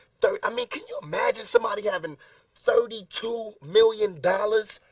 so i mean can you imagine somebody having thirty two million dollars?